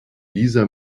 dieser